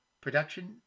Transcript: Production